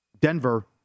Denver